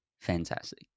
fantastic